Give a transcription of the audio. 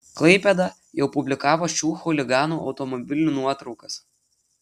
klaipėda jau publikavo šių chuliganų automobilių nuotraukas